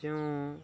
କେଉଁ